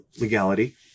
legality